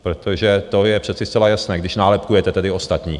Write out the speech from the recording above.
Protože to je přece zcela jasné, když nálepkujete ostatní.